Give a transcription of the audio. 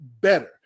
better